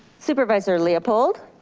supervisor leopold?